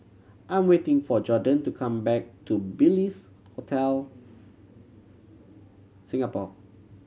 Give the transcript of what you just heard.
I'm waiting for Jorden to come back to Bliss Hotel Singapore